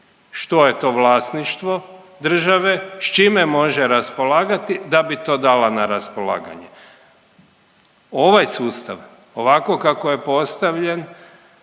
što je to vlasništvo države, s čime može raspolagati, da bi to dala na raspolaganje. Ovaj sustav, ovako kako je postavljen,